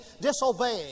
disobeying